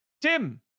Tim